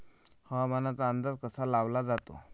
हवामानाचा अंदाज कसा लावला जाते?